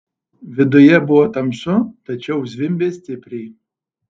viduje buvo tamsu tačiau zvimbė stipriai